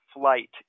flight